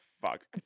fuck